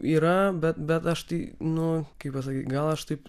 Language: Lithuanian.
yra bet bet aš tai nu kai pasakyt gal aš taip